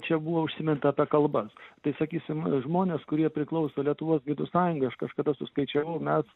čia buvo užsiminta apie kalbas tai sakysim žmonės kurie priklauso lietuvos gidų sąjungai aš kažkada suskaičiavau mes